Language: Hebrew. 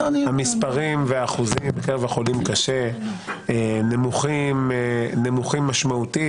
המספרים והאחוזים בקרב החולים קשה נמוכים משמעותית,